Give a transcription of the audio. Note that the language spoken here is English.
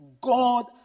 God